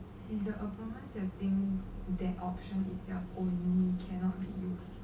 in the same thing that option is your own cannot